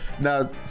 Now